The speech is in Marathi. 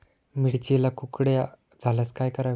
मिरचीला कुकड्या झाल्यास काय करावे?